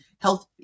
health